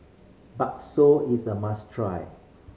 bakso is a must try